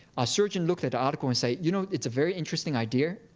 our surgeon looked at the article and said, you know, it's a very interesting idea.